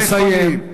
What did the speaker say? נא לסיים.